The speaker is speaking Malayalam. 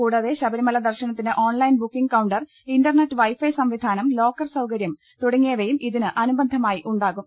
കൂടാതെ ശബരിമല ദർശനത്തിന് online booking counter internet wifi സംവിധാനം ലോക്കർ സൌകര്യം തുടങ്ങി യവയും ഇതിന് അനുബന്ധമായി ഉണ്ടാകും